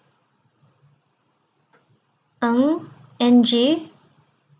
ng N G